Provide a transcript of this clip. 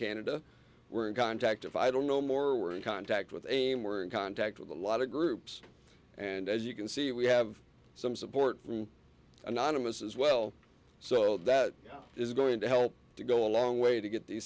canada we're in contact if i don't know more we're in contact with aim we're in contact with a lot of groups and as you can see we have some support from anonymous as well so that is going to help to go a long way to get these